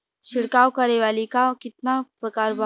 छिड़काव करे वाली क कितना प्रकार बा?